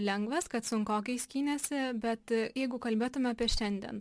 lengvas kad sunkokai skynėsi bet jeigu kalbėtume apie šiandien